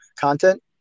content